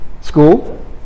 school